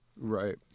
Right